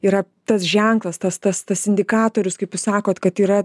yra tas ženklas tas tas tas indikatorius kaip jūs sakot kad yra